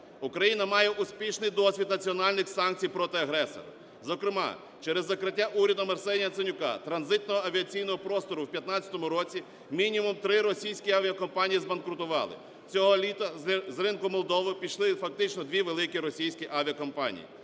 Україна має успішний досвід національних санкцій проти агресора. Зокрема через закриття урядом Арсенія Яценюка транзитного авіаційного простору в 15-му році мінімум 3 російські авіакомпанії збанкрутували. Цього літа з ринку Молдови пішли фактично 2 великі російські авіакомпанії.